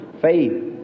faith